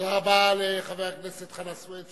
תודה רבה לחבר הכנסת חנא סוייד,